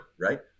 right